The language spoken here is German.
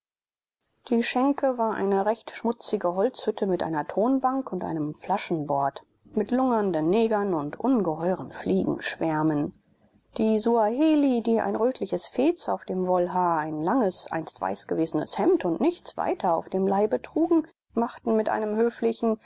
die schenke war eine recht schmutzige holzhütte mit einer tonbank und einem flaschenbord mit lungernden negern und ungeheuren fliegenschwärmen die suaheli die ein rötliches fez auf dem wollhaar ein langes einst weiß gewesenes hemd und nichts weiter auf dem leibe trugen machten mit einem höflichen